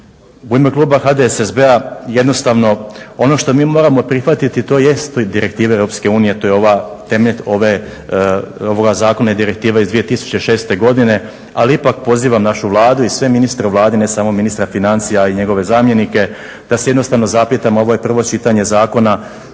U ime kluba HDSSB-a jednostavno ono što mi moramo prihvatiti to jest … direktive Europske unije, temelj ovoga zakona je direktiva iz 2006. godine, ali ipak pozivam našu Vladu i sve ministre u Vladi, ne samo ministra financija i njegove zamjenike, da se jednostavno zapitamo ovo je prvo čitanje zakona,